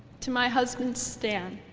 to my husband stan,